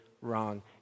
wrong